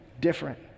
different